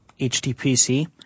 HTPC